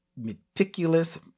meticulous